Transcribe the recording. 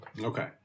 Okay